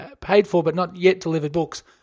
paid-for-but-not-yet-delivered-books